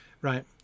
right